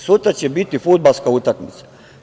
Sutra će biti fudbalska utakmica.